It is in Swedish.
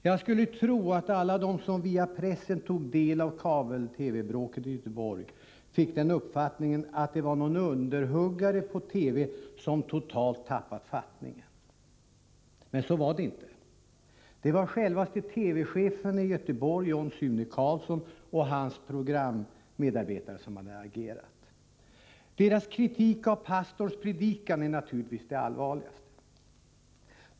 Jag skulle tro att alla de som via pressen tog del av kabel-TV-bråket i Göteborg fick den uppfattningen att det var någon underhuggare på TV som totalt hade tappat fattningen. Men så var inte fallet. Det var självaste TV-chefen i Göteborg, John Sune Carlson, och hans programmedarbetare som hade agerat. Deras kritik av pastorns predikan är naturligtvis det allvarligaste.